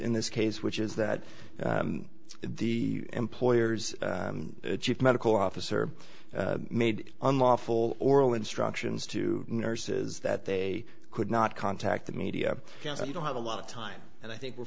in this case which is that the employer's chief medical officer made unlawful oral instructions to nurses that they could not contact the media you don't have a lot of time and i think we're